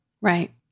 Right